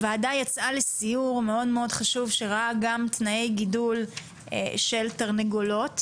הוועדה יצאה לסיור מאוד מאוד חשוב שראה גם תנאי גידול של תרנגולות,